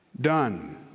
done